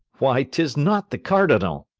why, tis not the cardinal.